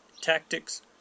tactics